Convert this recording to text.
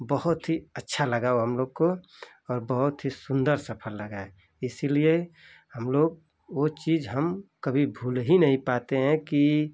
बहुत ही अच्छा लगा वो हम लोग को और बहुत ही सुन्दर सफर लगा इसलिए हम लोग वो चीज हम कभी भूल ही नहीं पाते हैं कि